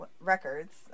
records